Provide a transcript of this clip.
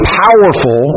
powerful